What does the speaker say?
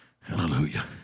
Hallelujah